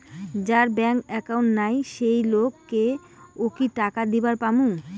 যার bank account নাই সেই লোক কে ও কি টাকা দিবার পামু?